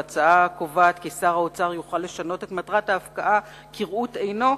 ההצעה קובעת כי שר האוצר יוכל לשנות את מטרת ההפקעה כראות עיניו,